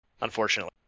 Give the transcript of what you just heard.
Unfortunately